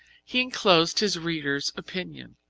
he enclosed his reader's opinion.